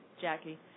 Jackie